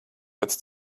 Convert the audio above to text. pats